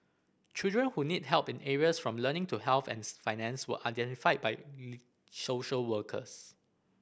children who need help in areas from learning to health and finance were identified by social workers